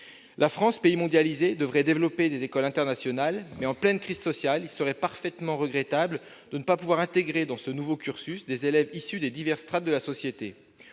La France, pays mondialisé, devrait développer des écoles internationales, mais, en pleine crise sociale, il serait parfaitement regrettable de ne pas pouvoir intégrer dans ce nouveau cursus des élèves issus des diverses strates de la société.